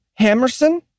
Hammerson